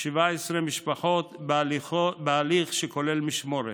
17 משפחות בהליך שכולל משמורת,